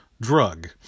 drug